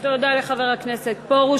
תודה לחבר הכנסת פרוש.